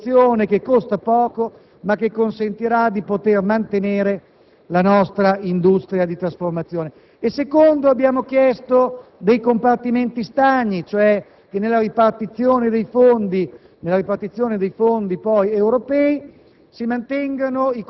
È una piccola rivoluzione, che costa poco, ma che consentirà di mantenere la nostra industria di trasformazione. In secondo luogo, abbiamo chiesto dei compartimenti stagni, nel senso cioè che nella ripartizione dei fondi europei